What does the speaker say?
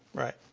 right.